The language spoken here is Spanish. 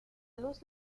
luz